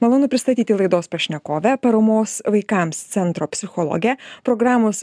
malonu pristatyti laidos pašnekovę paramos vaikams centro psichologę programos